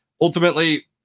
ultimately